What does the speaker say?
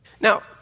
Now